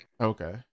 Okay